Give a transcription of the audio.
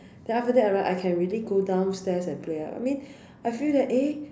then after that right I can really go downstairs and play lah I mean I feel that eh